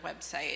website